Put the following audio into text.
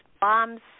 bombs